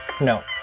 No